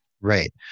Right